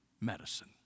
medicine